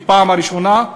בפעם הראשונה,